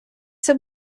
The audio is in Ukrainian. все